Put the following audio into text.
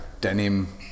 denim